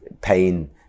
pain